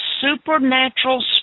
supernatural